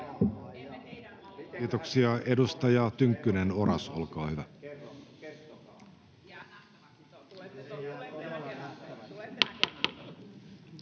Kiitoksia. — Edustaja Honkasalo, olkaa hyvä.